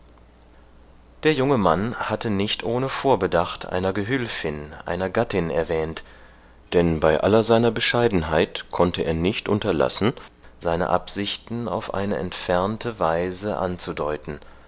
der junge mann hatte nicht ohne vorbedacht einer gehülfin einer gattin erwähnt denn bei aller seiner bescheidenheit konnte er nicht unterlassen seine absichten auf eine entfernte weise anzudeuten